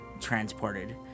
transported